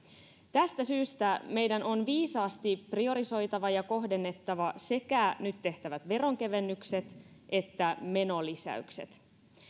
tästä syystä meidän on viisaasti priorisoitava ja kohdennettava sekä nyt tehtävät veronkevennykset että menolisäykset